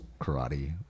karate